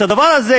את הדבר הזה,